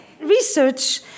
research